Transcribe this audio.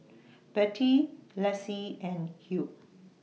Bette Lessie and Hugh